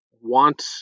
want